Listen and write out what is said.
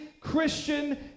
Christian